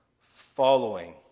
Following